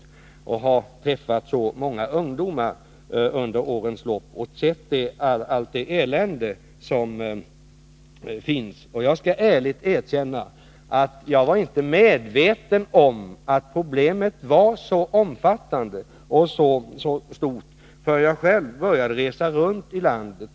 Jag har träffat många ungdomar under årens lopp, och jag har sett allt det elände som finns. Men jag skall ärligt erkänna att jag inte var medveten om att problemet var så omfattande, förrän jag själv började resa runt i landet.